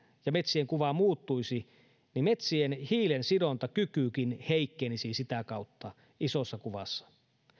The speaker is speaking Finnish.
ja metsien kuva muuttuisi jolloin metsien hiilensidontakykykin heikkenisi sitä kautta isossa kuvassa